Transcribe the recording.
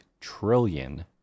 trillion